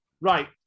Right